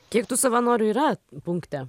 kiek tų savanorių yra punkte